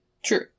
True